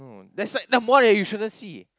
that's why now more that you shouldn't see